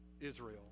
Israel